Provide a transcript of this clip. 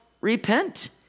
repent